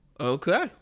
Okay